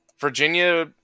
Virginia